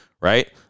right